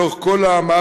לאורך כל המאבקים,